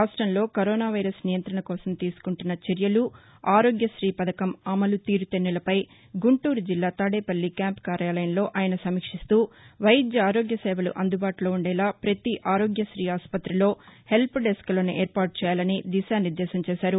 రాష్ట్రంలో corona virus నియంత్రణ కోసం తీసుకుంటున్న చర్యలు ఆరోగ్యతీ పథకం అమలు తీరుతెన్నులపై గుంటూరు జిల్లా తాదేపల్లి క్యాంపు కార్యాలయంలో ఆయన సమీక్షిస్తూ వైద్య ఆరోగ్య సేవలు అందుబాటులో ఉండేలా ప్రతి ఆరోగ్యతీ ఆస్పతిలో హెల్బ్ డెస్క్ లను ఏర్పాటు చేయాలని దిశా నిర్దేశం చేశారు